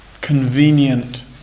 convenient